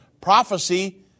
Prophecy